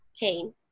pain